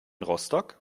rostock